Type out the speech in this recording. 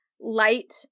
light